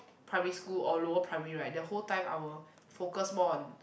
primary school or lower primary right the whole time I will focus more on